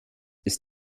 ist